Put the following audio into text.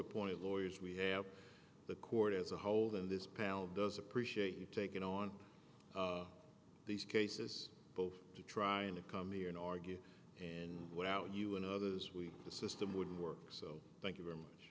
appointed lawyers we have the court as a whole in this pal does appreciate you taking on these cases both to trying to come here and argue and without you and others we the system would work so thank you very much